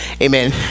Amen